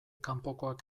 kanpokoak